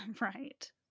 Right